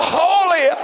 holy